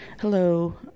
Hello